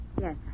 Yes